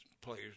players